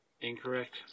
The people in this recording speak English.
Incorrect